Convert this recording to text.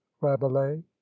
rabelais